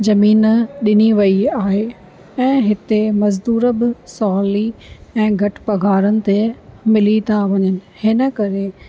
ज़मीन ॾिनी वई आहे ऐं हिते मजदूर बि सहुली ऐं घटि पघारनि ते मिली था वञनि हिन करे